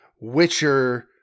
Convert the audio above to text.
Witcher